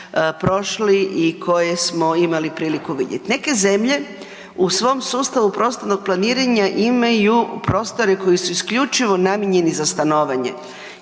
prošli i koje smo imali priliku vidjeti. Neke zemlje u svom sustavu prostornog planiranja imaju prostore koji su isključivo namijenjeni za stanovanje